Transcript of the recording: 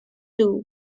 two